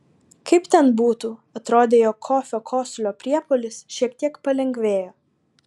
kaip ten būtų atrodė jog kofio kosulio priepuolis šiek tiek palengvėjo